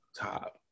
top